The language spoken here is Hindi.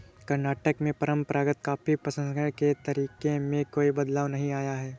कर्नाटक में परंपरागत कॉफी प्रसंस्करण के तरीके में कोई बदलाव नहीं आया है